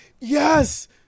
Yes